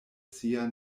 sia